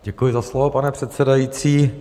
Děkuji za slovo, pane předsedající.